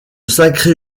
sacré